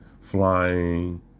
flying